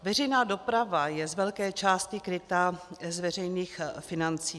Veřejná doprava je z velké části kryta z veřejných financí.